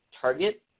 target